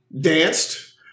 Danced